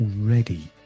already